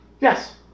Yes